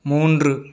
மூன்று